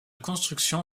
construction